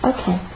Okay